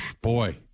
boy